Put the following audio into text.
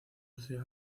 ciudad